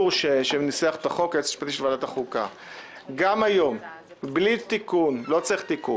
ועדת החוקה שניסח את החוק, לא צריך תיקון,